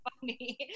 funny